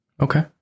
okay